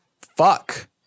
Fuck